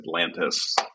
Atlantis